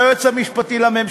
גברתי היושבת-ראש,